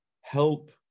help